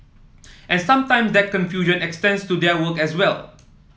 and sometimes that confusion extends to their work as well